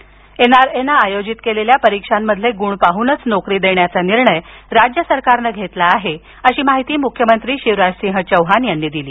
N R A नं आयोजित केलेल्या परीक्षांमधील गुण पाहूनच नोकरी देण्याचा निर्णय राज्य सरकारनं घेतला आहे अशी माहिती मुख्यमंत्री शिवराज सिंग चौहान यांनी दिली